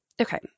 Okay